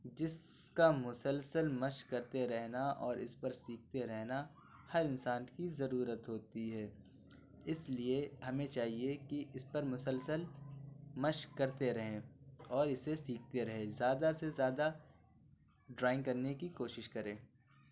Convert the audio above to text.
جس کا مسلسل مشق کرتے رہنا اور اِس پر سیکھتے رہنا ہر انسان کی ضرورت ہوتی ہے اِس لیے ہمیں چاہیے کہ اِس پر مسلسل مشق کرتے رہیں اور اِسے سیکھتے رہے زیادہ سے زیادہ ڈرائنگ کرنے کی کوشش کرے